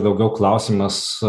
daugiau klausimas